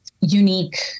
unique